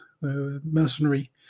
mercenary